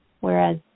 Whereas